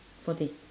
forty